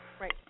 Right